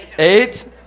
Eight